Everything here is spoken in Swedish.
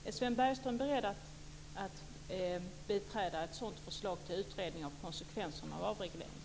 Är Sven Bergström beredd att biträda ett sådant förslag till utredning av konsekvenserna av avregleringen?